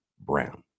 Brown